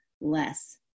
less